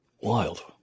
wild